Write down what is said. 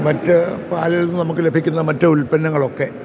മറ്റ് പാലിൽ നിന്ന് നമുക്ക് ലഭിക്കുന്ന മറ്റ് ഉല്പന്നങ്ങളൊക്കെ